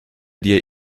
dir